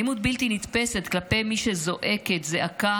אלימות בלתי נתפסת כלפי מי שזועקת זעקה